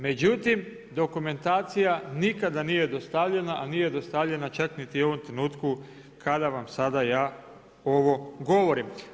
Međutim, dokumentacija, nikada nije dostavljena, a nije dostavljena čak ni u ovom trenutku, kada vam sada ja ovo govorim.